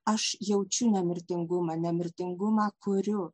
aš jaučiu nemirtingumą nemirtingumą kuriu